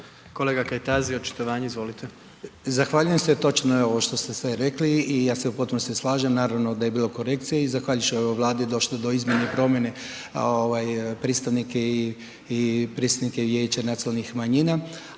**Kajtazi, Veljko (Nezavisni)** Zahvaljujem se, točno je ovo što ste sve rekli i ja se u potpunosti slažem, naravno da je bilo korekcija i zahvaljujući ovoj Vladi došlo do izmjene i promjene ovaj predstavnike i predsjednike vijeća nacionalnih manjina,